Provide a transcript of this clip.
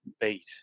beat